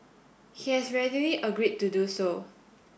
he has readily agreed to do so